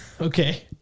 Okay